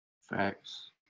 Facts